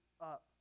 up